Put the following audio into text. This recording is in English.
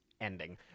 ending